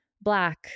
black